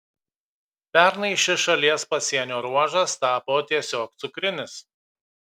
pernai šis šalies pasienio ruožas tapo tiesiog cukrinis